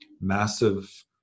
massive